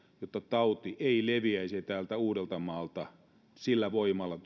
jotta tauti ei leviäisi täältä uudeltamaalta muualle suomeen sillä voimalla